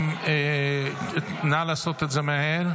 אין הסכמות.